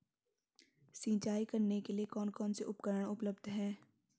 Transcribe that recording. सिंचाई करने के लिए कौन कौन से उपकरण उपलब्ध हैं?